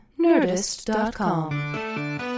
Nerdist.com